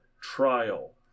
trial